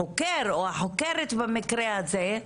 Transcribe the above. החוקר או החוקרת במקרה הזה,